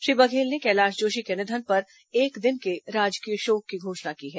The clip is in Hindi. श्री बघेल ने कैलाश जोशी के निधन पर एक दिन के राजकीय शोक की घोषणा की है